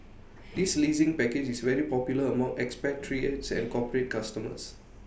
this leasing package is very popular among expatriates and corporate customers